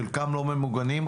חלקם לא ממוגנים,